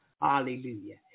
Hallelujah